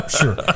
sure